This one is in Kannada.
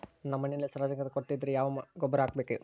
ನನ್ನ ಮಣ್ಣಿನಲ್ಲಿ ಸಾರಜನಕದ ಕೊರತೆ ಇದ್ದರೆ ಯಾವ ಗೊಬ್ಬರ ಹಾಕಬೇಕು?